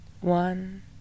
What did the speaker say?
one